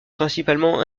principalement